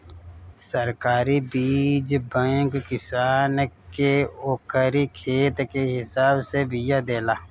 सरकारी बीज बैंक किसान के ओकरी खेत के हिसाब से बिया देला